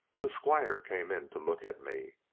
the squire came in to look at me,